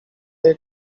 way